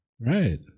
right